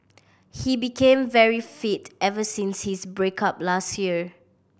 he became very fit ever since his break up last year